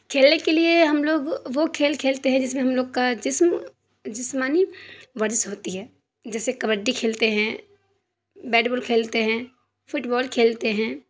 کھیل کے لیے ہم لوگ وہ کھیل کھیلتے ہیں جس میں ہم لوگ کا جسم جسمانی ورزش ہوتی ہے جیسے کبڈی کھیلتے ہیں بیٹ بال کھیلتے ہیں فٹبال کھیلتے ہیں